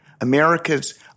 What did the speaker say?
America's